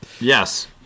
Yes